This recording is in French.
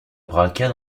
braqua